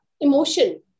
emotion